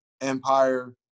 Empire